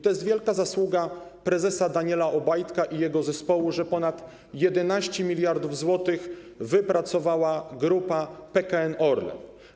To jest wielka zasługa prezesa Daniela Obajtka i jego zespołu, że ponad 11 mld zł wypracowała Grupa PKN Orlen.